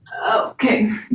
Okay